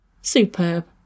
Superb